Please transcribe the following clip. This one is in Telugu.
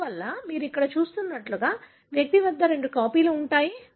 అందువల్ల మీరు ఇక్కడ చూస్తున్నట్లుగా వ్యక్తి వద్ద రెండు కాపీలు ఉంటాయి